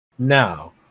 now